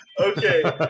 Okay